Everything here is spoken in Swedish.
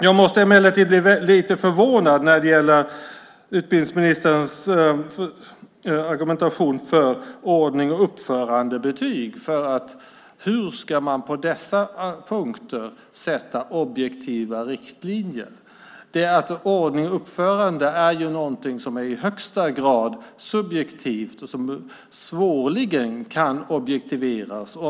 Jag blir emellertid lite förvånad när det gäller utbildningsministerns argumentation för ordnings och uppförandebetyg. Hur ska man på dessa punkter sätta objektiva riktlinjer? Ordning och uppförande är ju något som i högsta grad är subjektivt och som svårligen kan objektiveras.